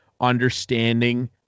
understanding